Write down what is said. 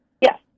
Yes